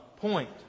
point